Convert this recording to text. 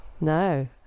No